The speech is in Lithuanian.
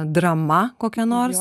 drama kokia nors